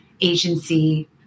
agency